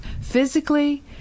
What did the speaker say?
physically